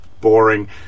boring